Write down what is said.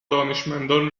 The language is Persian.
دانشمندان